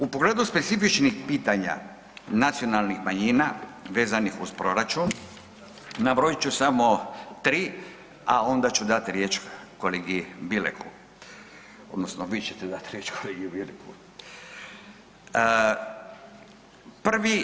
U pogledu specifičnih pitanja nacionalnih manjina vezanih uz proračun nabrojit ću samo tri, a onda ću dati riječ kolegi Bileku odnosno vi ćete dati riječ kolegi Bileku.